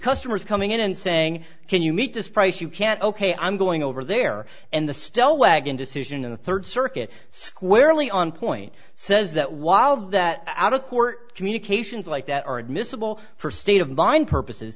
customers coming in and saying can you meet this price you can't ok i'm going over there and the still wet in decision and a third circuit squarely on point says that while that out of court communications like that are admissible for state of mind purposes